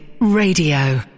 Radio